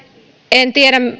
en tiedä